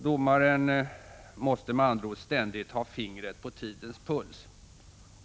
Domaren måste med andra ord ständigt ha fingret på tidens puls.